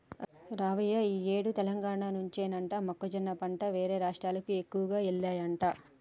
రావయ్య ఈ ఏడు తెలంగాణ నుంచేనట మొక్కజొన్న పంట వేరే రాష్ట్రాలకు ఎక్కువగా వెల్లాయట